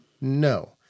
No